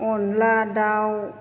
अनद्ला दाउ